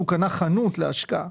הוא קנה חנות להשקעה,